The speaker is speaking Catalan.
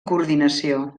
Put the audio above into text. coordinació